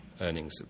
earnings